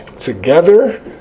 together